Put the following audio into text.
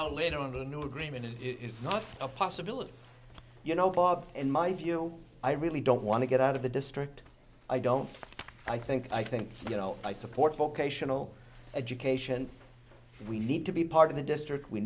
out later under the new agreement is not a possibility you know bob in my view i really don't want to get out of the district i don't i think i think you know i support for creation of education we need to be part of the district we